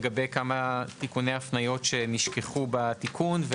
לגבי כמה תיקוני הפניות שנשכחו בתיקון,